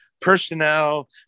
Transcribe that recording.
personnel